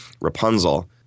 Rapunzel